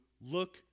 look